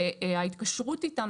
וההתקשרות איתם,